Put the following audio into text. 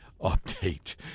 update